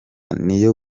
niyo